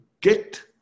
get